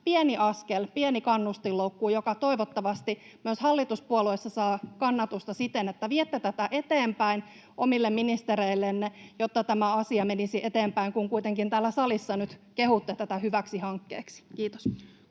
pieni askel, pieni kannustin, joka toivottavasti myös hallituspuolueissa saa kannatusta siten, että viette tätä eteenpäin omille ministereillenne, jotta tämä asia menisi eteenpäin, kun kuitenkin täällä salissa nyt kehutte tätä hyväksi hankkeeksi. — Kiitos.